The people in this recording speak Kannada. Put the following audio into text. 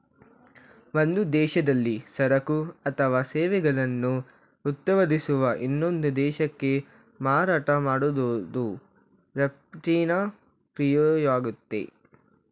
ಒಂದು ದೇಶದಲ್ಲಿ ಸರಕು ಅಥವಾ ಸೇವೆಗಳನ್ನು ಉತ್ಪಾದಿಸುವ ಇನ್ನೊಂದು ದೇಶಕ್ಕೆ ಮಾರಾಟ ಮಾಡೋದು ರಫ್ತಿನ ಕ್ರಿಯೆಯಾಗಯ್ತೆ